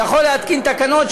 יכול להתקין תקנות,